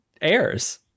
airs